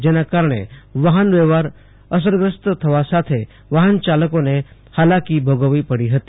જેના કારણે વાહન વ્યવહાર અસરગ્રસ્ત થવા સાથે વાહન ચાલકોને હાલાકી ભોગવવી પડી હતી